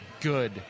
good